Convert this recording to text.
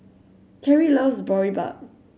Carie loves Boribap